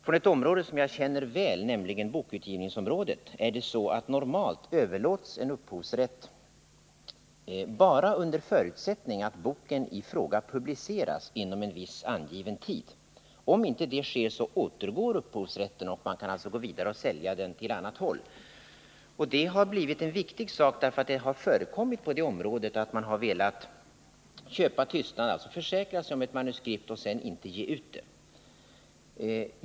På ett område som jag känner väl, nämligen bokutgivningsområdet, är det så att normalt överlåts en upphovsrätt bara under förutsättning att boken i fråga publiceras inom en viss angiven tid. Om inte det sker återgår upphovsrätten, och man kan alltså gå vidare och sälja den på annat håll. Det har blivit en viktig sak, därför att det har förekommit på det området att man har velat köpa tystnad — alltså försäkra sig om ett manuskript och sedan inte ge utdet.